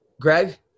Greg